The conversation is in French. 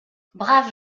braves